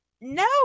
No